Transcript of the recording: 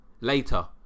Later